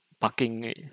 parking